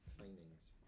Findings